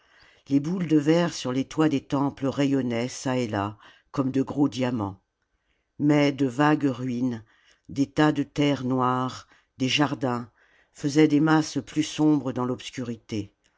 les boules de verre sur les toits des temples rayonnaient çà et là comme de gros diamants mais de vagues ruines des tas de terre noire des jardins faisaient des masses plus sombres dans l'obscurité